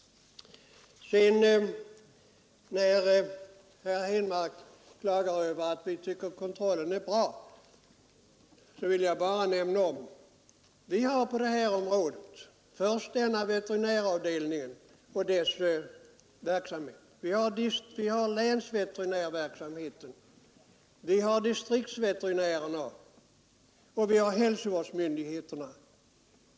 När herr Hen mark klagar över att vi tycker kontrollen är bra, så vill jag bara nämna att på det här området verkar den veterinäravdelning som jag nyss nämnde, och vidare har vi länsveterinärverksamheten, distriktsveterinärerna och hälsovårdsmyndigheterna.